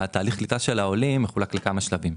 תהליך הקליטה של העולים מחולק לכמה שלבים.